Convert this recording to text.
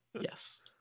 yes